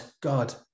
God